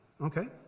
Okay